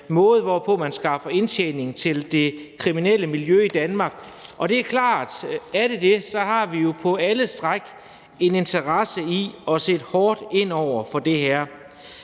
måde, hvorpå man skaffer indtjening til det kriminelle miljø i Danmark, og det er klart, at er det det, har vi jo på alle stræk en interesse i at sætte hårdt ind over for det her.